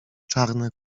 czarne